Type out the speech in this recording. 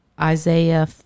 Isaiah